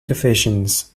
divisions